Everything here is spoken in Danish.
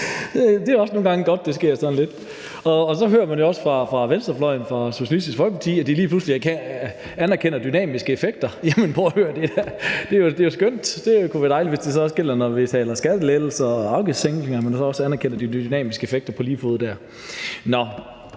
Det er også godt, at det nogle gange sker. Og så hører man jo også fra venstrefløjen, fra Socialistisk Folkeparti, at de lige pludselig anerkender dynamiske effekter. Jamen det er jo skønt. Det kunne være dejligt, hvis det så også gælder, når vi taler skattelettelser og afgiftssænkninger – at man anerkender de dynamiske effekter på lige fod der. Men